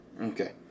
Okay